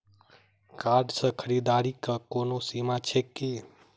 Card सँ खरीददारीक कोनो सीमा छैक की?